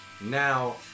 now